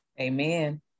Amen